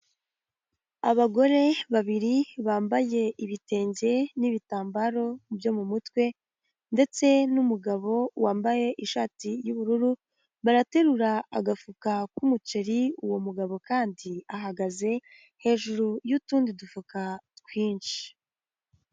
Abagore babiri bambaye ibitenge n'ibitambaro byo mu mutwe, ndetse n'umugabo wambaye ishati y'ubururu, baraterura agafuka k'umuceri, uwo mugabo kandi ahagaze hejuru y'utundi dufuka twinshi.